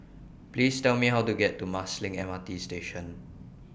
Please Tell Me How to get to Marsiling M R T Station